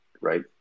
right